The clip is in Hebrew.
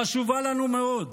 חשובה לנו מאוד,